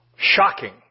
shocking